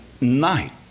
night